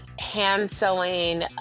hand-sewing